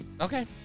Okay